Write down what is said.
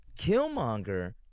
Killmonger